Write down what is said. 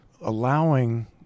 Allowing